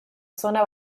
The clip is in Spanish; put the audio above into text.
zona